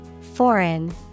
Foreign